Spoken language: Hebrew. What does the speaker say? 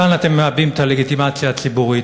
כאן אתם מאבדים את הלגיטימציה הציבורית.